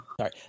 Sorry